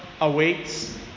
awaits